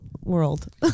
world